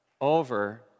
over